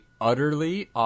utterly